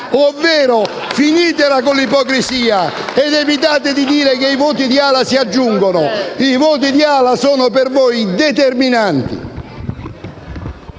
ovvero la finite con l'ipocrisia ed evitate di dire che i voti di AL-A si aggiungono. I voti di AL-A sono per voi determinanti!